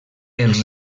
els